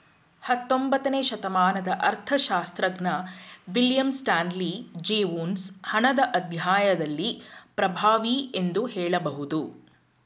ಹತ್ತೊಂಬತ್ತನೇ ಶತಮಾನದ ಅರ್ಥಶಾಸ್ತ್ರಜ್ಞ ವಿಲಿಯಂ ಸ್ಟಾನ್ಲಿ ಜೇವೊನ್ಸ್ ಹಣದ ಅಧ್ಯಾಯದಲ್ಲಿ ಪ್ರಭಾವಿ ಎಂದು ಹೇಳಬಹುದು